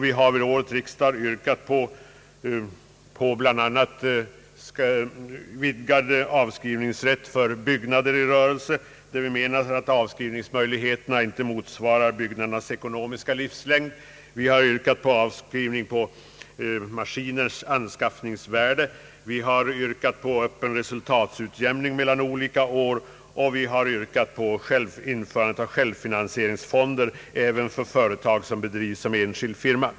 Vi har vid flera riksdagar yrkat på bl.a. vidgad avskrivningsrätt för byggnader i rörelse, då vi menar att de nuvarande avskrivningsmöjligheterna inte motsvarar byggnadernas ekonomiska livslängd. Vi har yrkat på avskrivning på maskiners anskaffningsvärde, vi har yrkat på resultatutjämning mellan olika år och införande av självfinansieringsfonder även för företag som bedrivs som enskild firma.